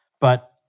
But-